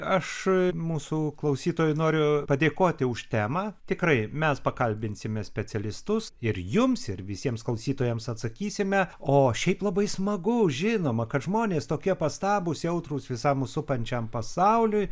aš mūsų klausytojui noriu padėkoti už temą tikrai mes pakalbinsime specialistus ir jums ir visiems klausytojams atsakysime o šiaip labai smagu žinoma kad žmonės tokie pastabūs jautrūs visam supančiam pasauliui